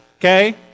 okay